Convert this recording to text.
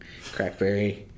Crackberry